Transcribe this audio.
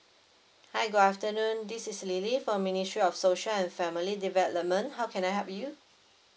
hi good afternoon this is lily from ministry of social and family development how can I help you